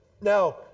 Now